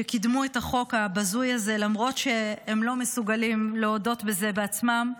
שקידמו את החוק הבזוי הזה למרות שהם לא מסוגלים להודות בזה בעצמם.